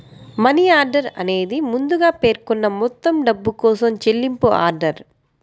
money order అనేది ముందుగా పేర్కొన్న మొత్తం డబ్బు కోసం చెల్లింపు ఆర్డర్